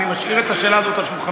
אני משאיר את השאלה הזאת על שולחנך,